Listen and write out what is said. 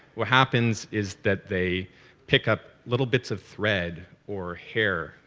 what happens is that they pick up little bits of thread or hair,